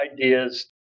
ideas